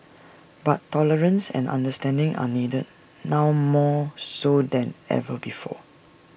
but tolerance and understanding are needed now more so than ever before